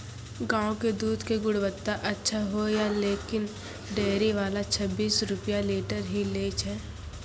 गांव के दूध के गुणवत्ता अच्छा होय या लेकिन डेयरी वाला छब्बीस रुपिया लीटर ही लेय छै?